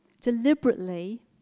deliberately